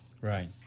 Right